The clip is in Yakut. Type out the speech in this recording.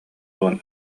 уон